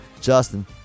Justin